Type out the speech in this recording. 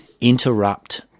interrupt